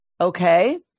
Okay